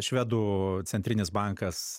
švedų centrinis bankas